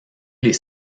les